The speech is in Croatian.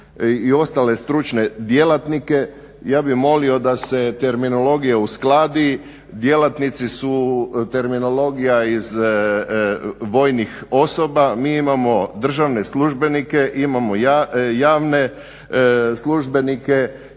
i ostale stručne djelatnike, ja bih molio da se terminologija uskladi, djelatnici su, terminologija iz vojnih osoba, mi imamo državne službenike, imamo javne službenike,